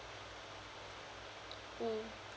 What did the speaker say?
mm